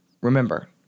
remember